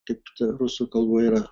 kaip toj rusų kalboj yra